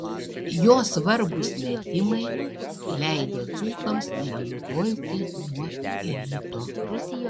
jo svarbūs metimai leido dzūkams nenutolti nuo ryto